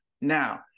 Now